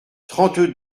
trente